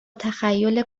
تخیل